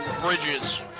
Bridges